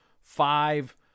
five